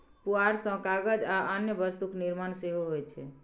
पुआर सं कागज आ अन्य वस्तुक निर्माण सेहो होइ छै